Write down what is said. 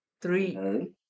Three